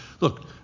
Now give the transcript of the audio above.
Look